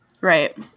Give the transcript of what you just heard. Right